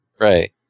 Right